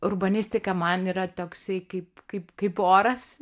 urbanistika man yra toksai kaip kaip kaip oras